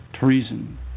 treason